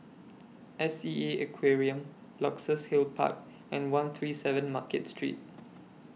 S E A Aquarium Luxus Hill Park and one three seven Market Street